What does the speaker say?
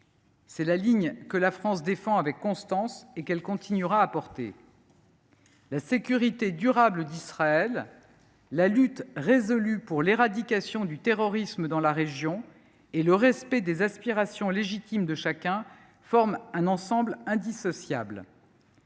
C’est la ligne que la France défend avec constance et qu’elle continuera de porter. La sécurité durable d’Israël, la lutte résolue pour l’éradication du terrorisme dans la région et le respect des aspirations légitimes de chacun forment un ensemble indissociable.